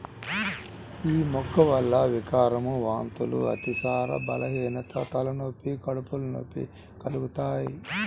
యీ మొక్క వల్ల వికారం, వాంతులు, అతిసారం, బలహీనత, తలనొప్పి, కడుపు నొప్పి కలుగుతయ్